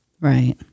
right